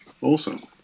Awesome